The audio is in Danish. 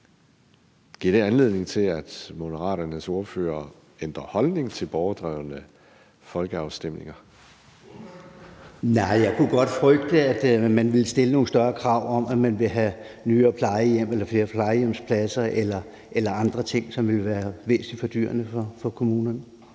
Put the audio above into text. Den fg. formand (Erling Bonnesen): Ordføreren. Kl. 21:53 Jan Carlsen (M): Nej, og jeg kunne godt frygte, at man ville stille nogle større krav om, at man ville have nyere plejehjem eller flere plejehjemspladser eller andre ting, som ville være væsentlig fordyrende for kommunerne.